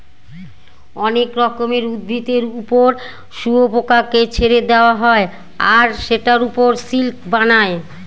অনেক রকমের উদ্ভিদের ওপর শুয়োপোকাকে ছেড়ে দেওয়া হয় আর সেটার ওপর সিল্ক বানায়